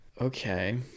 Okay